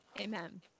Amen